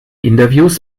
interviews